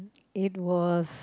it was